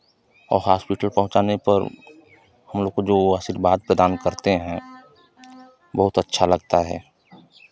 और हॉस्पिटल पहुंचाने पर हम लोग को जो आशिर्वाद प्रदान करते हैं बहुत अच्छा लगता है